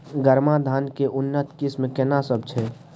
गरमा धान के उन्नत किस्म केना सब छै?